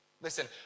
Listen